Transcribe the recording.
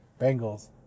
Bengals